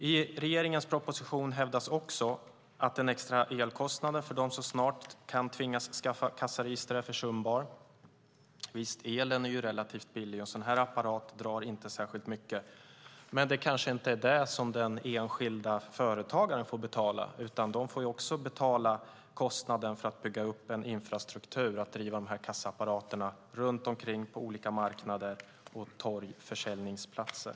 I regeringens proposition hävdas också att den extra elkostnaden för dem som snart kan tvingas skaffa kassaregister är försumbar. Visst är elen relativt billig, och en sådan apparat drar inte särskilt mycket. Men det är kanske inte bara det som den enskilda företagaren får betala. Företagaren får också betala kostnaden för att bygga upp en infrastruktur för att driva dessa kassaapparater på olika marknader, torg och försäljningsplatser.